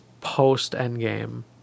post-Endgame